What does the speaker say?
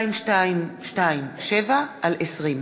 פ/2227/20.